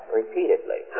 repeatedly